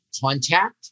contact